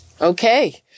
Okay